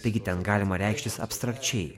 taigi ten galima reikštis abstrakčiai